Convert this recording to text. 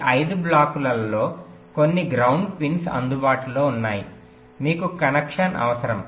ఈ 5 బ్లాకులలో కొన్ని గ్రౌండ్ పిన్స్ అందుబాటులో ఉన్నాయి మీకు కనెక్షన్ అవసరం